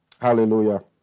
Hallelujah